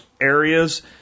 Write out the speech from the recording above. areas